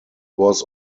was